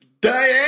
Diane